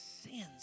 sins